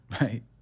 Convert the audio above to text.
right